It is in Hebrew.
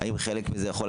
על מה, על